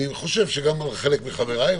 אני חושב שגם על חלק מחבריי.